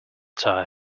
tyre